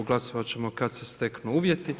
Glasovat ćemo kad se steknu uvjeti.